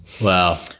Wow